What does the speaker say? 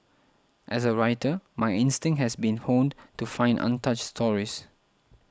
as a writer my instinct has been honed to find untouched stories